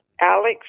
Alex